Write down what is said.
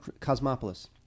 Cosmopolis